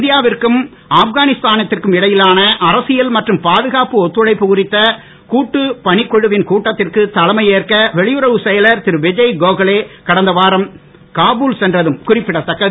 இந்தியாவிற்கும் ஆப்கானிஸ்தானிற்கும் இடையிலான அரசியல் மற்றும் பாதுகாப்பு ஒத்துழைப்பு குறித்த கூட்டுப் பணிக்குழுவின் கூட்டத்திற்கு தலைமை ஏற்க வெளியறவுச் செயலர் திரு விஜய் கோகலே கடந்த வாரம் காபூல் சென்றதும் குறிப்பிடத் தக்கது